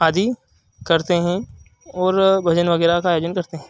आदि करते हैं और भजन वगैरह का आयोजन करते हैं